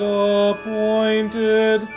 appointed